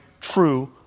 true